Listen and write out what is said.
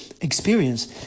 experience